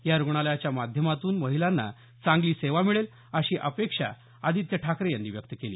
या रुग्णालयाच्या माध्यमातून महिलांना चांगली सेवा मिळेल अशी अपेक्षा आदित्य ठाकरे यांनी व्यक्त केली